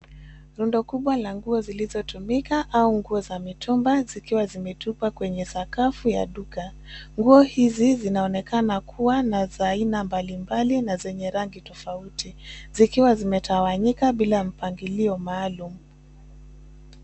Rundo kubwa la nguo zilizotumika au nguo za mitumba zikiwa zimetupwa kwenye sakafu ya duka. Nguo hizi zinaonekana kuwa na za aina mbalimbali na zenye rangi tofauti, zikiwa zimetawanyika bila mpangilio maluum.